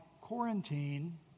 quarantine